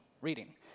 reading